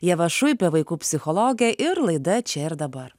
ieva šuipė vaikų psichologė ir laida čia ir dabar